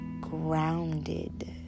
grounded